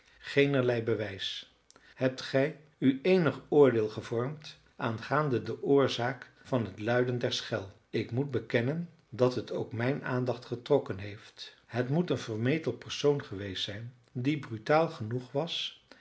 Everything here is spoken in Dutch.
geenerlei bewijs hebt gij u eenig oordeel gevormd aangaande de oorzaak van het luiden der schel ik moet bekennen dat het ook mijn aandacht getrokken heeft het moet een vermetel persoon geweest zijn die brutaal genoeg was